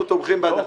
אנחנו תומכים בהדחתך.